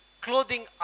clothing